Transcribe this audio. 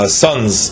sons